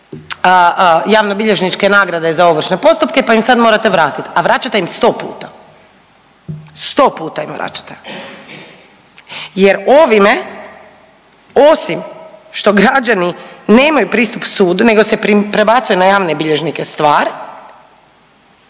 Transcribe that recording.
javnobilježničke nagrade za ovršne postupke, pa im sad morate vratiti, a vraćate im sto puta, sto puta im vraćate. Jer ovime osim što građani nemaju pristup sudu, nego se prebacuje na javne bilježnike stvar